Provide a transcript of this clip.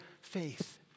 faith